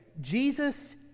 Jesus